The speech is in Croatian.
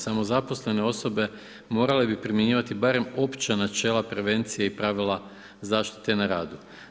Samozaposlene osobe morale bi primjenjivati barem opća načela prevencije i pravila zaštite na radu.